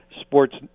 Sports